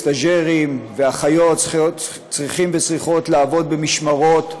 סטאז'רים ואחיות צריכים וצריכות לעבוד במשמרות ארוכות,